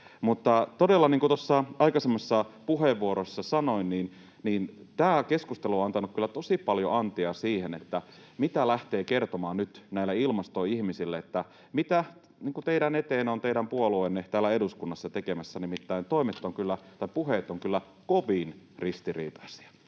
Mutta todella, niin kuin tuossa aikaisemmassa puheenvuorossa sanoin, tämä keskustelu on antanut kyllä tosi paljon antia siihen, mitä lähteä kertomaan nyt näille ilmastoihmisille, eli mitä teidän eteen on teidän puolueenne täällä eduskunnassa tekemässä. Nimittäin puheet ovat kyllä kovin ristiriitaisia.